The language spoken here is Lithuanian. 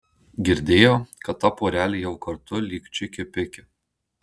girdėjau kad ta porelė jau kartu lyg čiki piki